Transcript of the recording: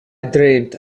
dreamt